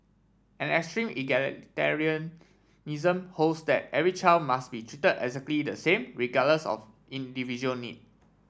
an extreme holds that every child must be treated exactly the same regardless of individual need